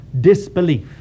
disbelief